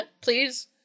Please